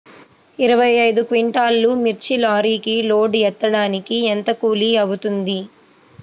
ఇరవై ఐదు క్వింటాల్లు మిర్చి లారీకి లోడ్ ఎత్తడానికి ఎంత కూలి అవుతుంది?